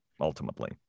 ultimately